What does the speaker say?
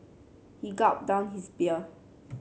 he gulped down his beer